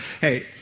hey